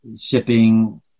shipping